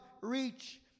reach